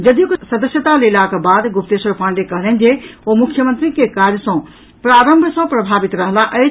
जदयूक सदस्यता लेलाक बाद गुप्तेश्वर पाण्डेय कहलनि जे ओ मुख्यमंत्री के काज सॅ प्रारंभ सॅ प्रभावित रहलाह अछि